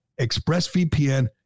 ExpressVPN